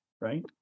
right